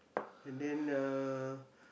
and then uh